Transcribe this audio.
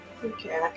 Okay